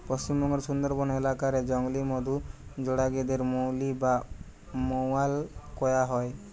পশ্চিমবঙ্গের সুন্দরবন এলাকা রে জংলি মধু জগাড়ি দের মউলি বা মউয়াল কয়া হয়